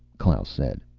klaus said.